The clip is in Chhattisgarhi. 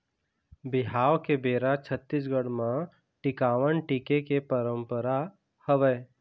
बिहाव के बेरा छत्तीसगढ़ म टिकावन टिके के पंरपरा हवय